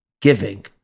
giving